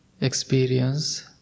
Experience